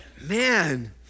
Man